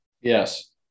Yes